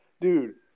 Dude